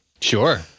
Sure